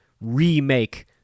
remake